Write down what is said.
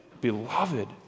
beloved